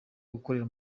gukorera